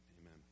Amen